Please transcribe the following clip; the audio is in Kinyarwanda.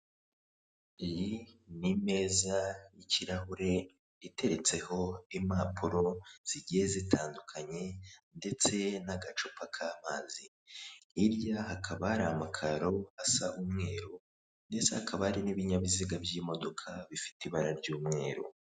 Iyi ni meza y'ikirahure iteretseho impapuro zigiye zitandukanye ndetse n'agacupa k'amazi, hirya hakaba hari amakaro asa umweru ndetse hakaba hari n'ibinyabiziga by'imodoka bifite ibara ry'umweru.